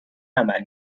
عمل